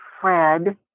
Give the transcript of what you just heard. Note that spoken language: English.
Fred